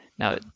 Now